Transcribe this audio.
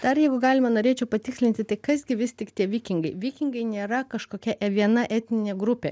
dar jeigu galima norėčiau patikslinti tai kas gi vis tik tie vikingai vikingai nėra kažkokia viena etninė grupė